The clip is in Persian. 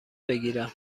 بگیرم